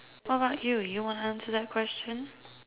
what about you you wanna answer that question